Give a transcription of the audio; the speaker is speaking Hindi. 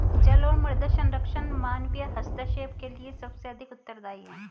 जल और मृदा संरक्षण मानवीय हस्तक्षेप के लिए सबसे अधिक उत्तरदायी हैं